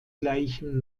gleichem